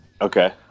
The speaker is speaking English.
Okay